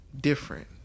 different